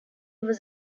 was